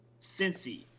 Cincy